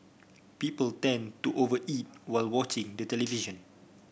people tend to over eat while watching the television